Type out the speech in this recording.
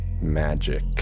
magic